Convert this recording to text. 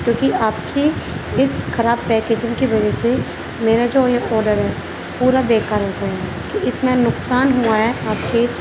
کیونکہ آپ کی اس خراب پیکجنگ کی وجہ سے میرا جو یہ آڈر ہے پورا بیکار ہو گیا ہے تو اتنا نقصان ہوا ہے آپ کے اس